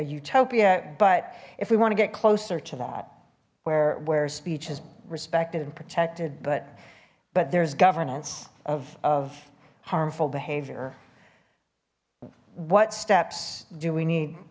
utopia but if we want to get closer to that where where speech is respected and protected but but there's governance of harmful behavior what steps do we need